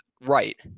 right